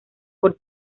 por